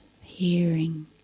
hearing